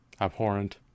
abhorrent